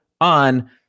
on